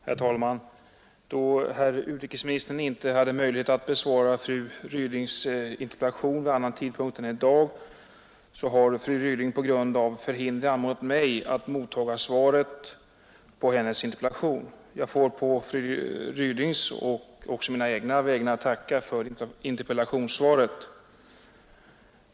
Herr talman! Då herr utrikesministern inte hade möjlighet att besvara fru Rydings interpellation vid annan tidpunkt än i dag har fru Ryding på grund av förhinder anmodat mig att mottaga svaret på hennes interpellation, Jag får på fru Rydings — och egna — vägnar tacka för interpellationssvaret.